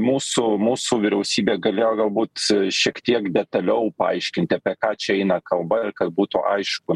mūsų mūsų vyriausybė galėjo galbūt šiek tiek detaliau paaiškinti apie ką čia eina kalba kad būtų aišku